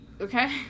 Okay